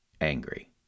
angry